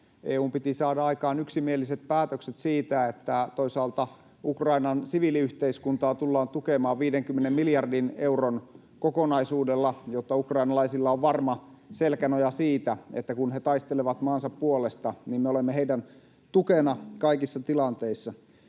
EU:n piti saada aikaan yksimieliset päätökset siitä, että toisaalta Ukrainan siviiliyhteiskuntaa tullaan tukemaan 50 miljardin euron kokonaisuudella, jotta ukrainalaisilla on varma selkänoja niin, että kun he taistelevat maansa puolesta, niin me olemme heidän tukenaan kaikissa tilanteissa.